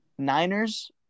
Niners